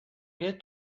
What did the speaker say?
get